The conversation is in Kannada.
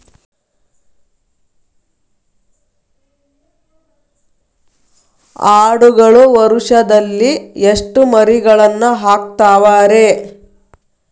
ಆಡುಗಳು ವರುಷದಲ್ಲಿ ಎಷ್ಟು ಮರಿಗಳನ್ನು ಹಾಕ್ತಾವ ರೇ?